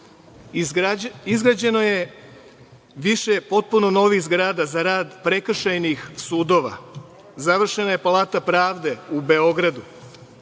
Izgrađeno je više potpuno novih zgrada za rad prekršajnih sudova, završena je Palata pravde u Beogradu.